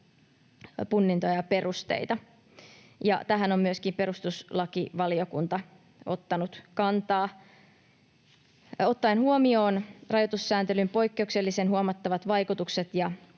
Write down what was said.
punnintoja ja perusteita, ja tähän on myöskin perustuslakivaliokunta ottanut kantaa. Ottaen huomioon rajoitussääntelyn poikkeuksellisen huomattavat vaikutukset ja